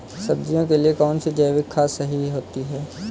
सब्जियों के लिए कौन सी जैविक खाद सही होती है?